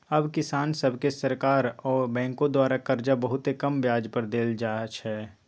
अब किसान सभके सरकार आऽ बैंकों द्वारा करजा बहुते कम ब्याज पर दे देल जाइ छइ